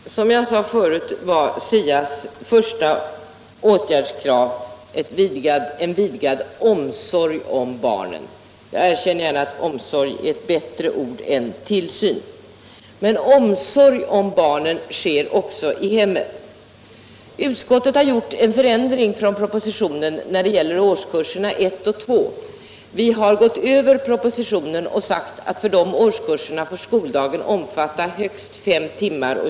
Herr talman! Som jag sade förut var SIA:s första åtgärdskrav en vidgad omsorg om barnen. Jag erkänner gärna att omsorg är ett bättre ord än tillsyn. Men omsorg om barnen sker också i hemmen. Utskottet har gjort en förändring i förhållande till propositionen när det gäller årskurserna 1 och 2. Vi har gått utöver propositionen och sagt att för de årskurserna får skoldagen omfatta högst 5 tim. 20 min.